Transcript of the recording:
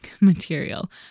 material